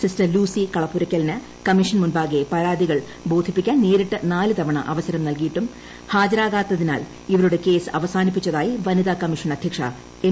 sister Lucy കളപ്പുരയ്ക്കലിന് commission മുൻപാകെ പരാതികൾ ബോധിപ്പിക്കാൻ നേരിട്ട് നാല് തവണ അവസരം നൽകിയിട്ടും ഹാജരാകാത്തതിനാൽ ഇവരുടെ കേസ്സ് അവസാനിപ്പിച്ചതായി വനിത കമ്മീഷൻ അധ്യക്ഷ എം